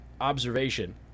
observation